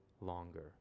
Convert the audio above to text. longer